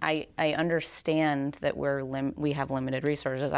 i understand that we're limit we have limited resources